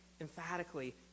emphatically